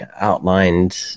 outlined